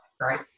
Right